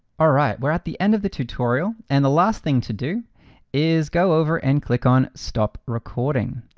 all right, we're at the end of the tutorial. and the last thing to do is go over and click on stop recording.